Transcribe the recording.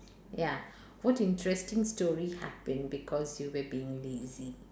ya what interesting story happened because you were being lazy